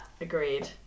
agreed